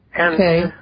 Okay